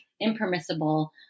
impermissible